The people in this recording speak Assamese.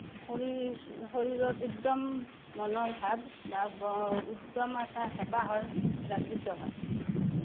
শৰীৰ শৰীৰত উদ্যম মনৰ ভাৱ বা উদ্যম এটা হেপাহৰ জাগৃত হয়